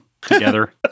together